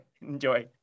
Enjoy